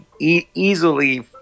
easily